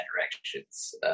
directions